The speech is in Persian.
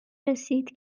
رسید